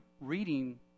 reading